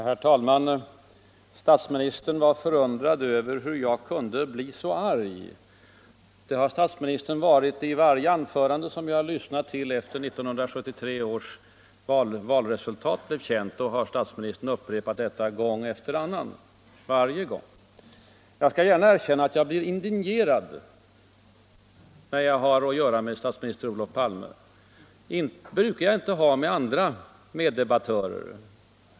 Herr talman! Statsministern var förundrad över hur jag kunde bli så ”arg”. Det har statsministern varit i varje anförande som jag har lyssnat till — sedan 1973 års valresultat blev känt har statsministern upprepat detta gång efter annan. Jag skall gärna erkänna att jag blir indignerad när jag har att göra med statsminister Olof Palme. Det brukar jag inte bli när det gäller andra meddebattörer.